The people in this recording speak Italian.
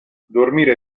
dormire